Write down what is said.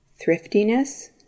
thriftiness